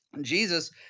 Jesus